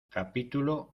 capítulo